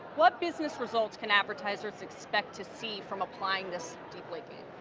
what business results can advertisers expect to see from applying this deep linking?